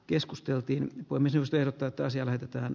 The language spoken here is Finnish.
keskusteltiin poimisin selättää toisia lähetetään